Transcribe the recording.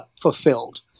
fulfilled